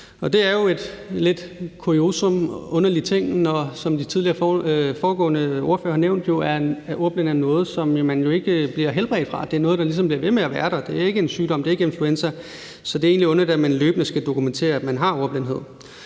lidt et kuriosum, en underlig ting, når ordblindhed jo, som de tidligere ordførere har nævnt, er noget, som man ikke bliver helbredt fra. Det er noget, der ligesom bliver ved med at være der; det er ikke en sygdom, det er ikke influenza. Så det er egentlig underligt, at man løbende skal dokumentere, at man har ordblindhed.